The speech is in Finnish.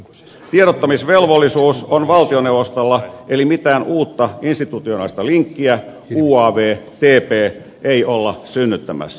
tiedottamisvelvollisuus on valtioneuvostolla eli mitään uutta institutionaalista linkkiä uav tp ei olla synnyttämässä